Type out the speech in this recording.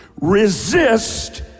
Resist